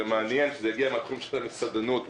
ומעניין שזה הגיע מהתחום של המסעדנות,